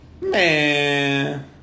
Man